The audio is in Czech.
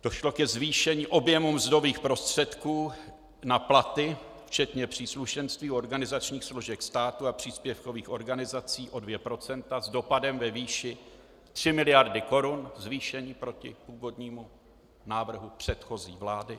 Došlo ke zvýšení objemu mzdových prostředků na platy včetně příslušenství organizačních složek státu a příspěvkových organizací o 2 % s dopadem ve výši 3 mld. korun zvýšení proti původnímu návrhu předchozí vlády.